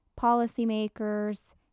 policymakers